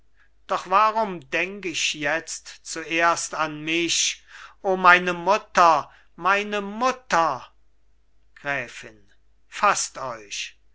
doch warum denk ich jetzt zuerst an mich o meine mutter meine mutter gräfin faßt euch